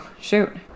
shoot